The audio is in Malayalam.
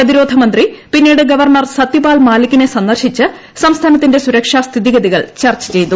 പ്രതിരോധമന്ത്രി ്പിന്നീട് ഗവർണ്ണർ സത്യപാൽ മാലിക്കിനെ സന്ദർശിച്ച് സംസ്ഥാനത്തിന്റെ സുരക്ഷാ സ്ഥിതിഗതികൾ ചർച്ച ചെയ്തു